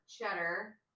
cheddar